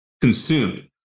consumed